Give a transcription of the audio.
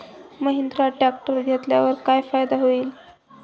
Mahindra tractor घेतल्यावर काय फायदा होईल?